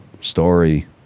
story